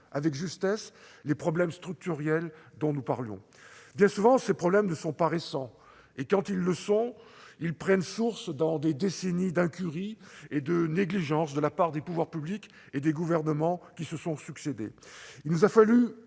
avec justesse les problèmes structurels dont nous parlions. Bien souvent, ces problèmes ne sont pas récents. Quand ils le sont, ils trouvent leur origine dans des décennies d'incurie et de négligence de la part des pouvoirs publics et des gouvernements successifs.